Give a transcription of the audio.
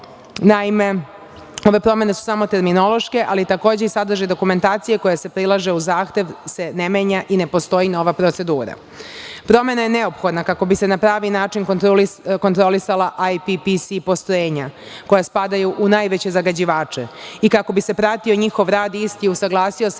udesa. Ove promene su samo terminološke, ali takođe i sadržaj dokumentacije koje se prilaže u zahtev se ne menja i ne postoji nova procedura. Promena je neophodna kako bi se na pravi način kontrolisala „ajpi pisi“ postrojenja koja spadaju u najveće zagađivače i kako bi se pratio njihov rad i isti usaglasio se